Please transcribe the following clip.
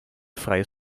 freie